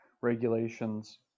regulations